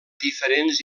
diferents